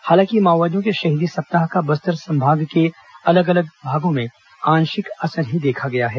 हालांकि माओवादियों के शहीदी सप्ताह का बस्तर संभाग के अलग अलग भागों में आंशिक असर ही देखा गया है